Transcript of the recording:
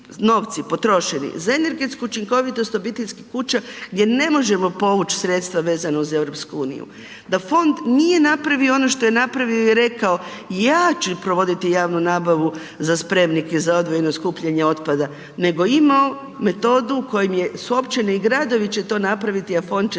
potrošeni za energetsku učinkovitost obiteljskih kuća gdje ne možemo povući sredstva vezano uz EU, da fond nije napravio ono što je napravio i rekao, ja ću provoditi javnu nabavu za spremnike za odvojeno skupljanje otpada, nego imao metodu kojom je, su općine i gradovi će to napraviti, a fond će